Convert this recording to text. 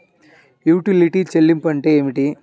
యుటిలిటీల చెల్లింపు అంటే ఏమిటి?